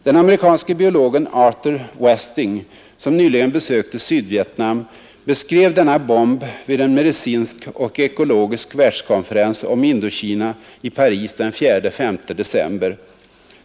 Den amerikanske biologen Arthur Westing, som nyligen besökte Sydvietnam, beskrev denna bomb vid en medicinsk och ekologisk världskonferens om Indokina i Paris den 4—5 december.